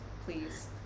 please